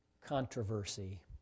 controversy